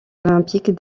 olympiques